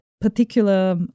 particular